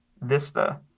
vista